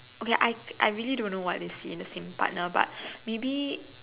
okay I I really don't know what they see in the same partner but maybe